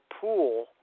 pool